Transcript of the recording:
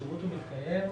השירות מתקיים.